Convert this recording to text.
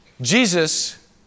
Jesus